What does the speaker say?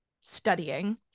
studying